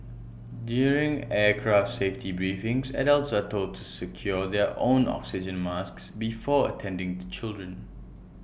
during aircraft safety briefings adults are told to secure their own oxygen masks before attending to children